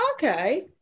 okay